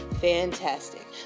Fantastic